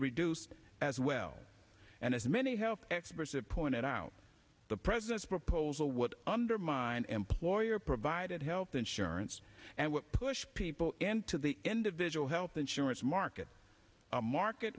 reduced as well and as many health experts have pointed out the president's proposal would undermine employer provided health insurance and push people into the individual health insurance market market